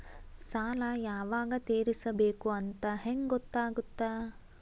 ಸಾಲ ಯಾವಾಗ ತೇರಿಸಬೇಕು ಅಂತ ಹೆಂಗ್ ಗೊತ್ತಾಗುತ್ತಾ?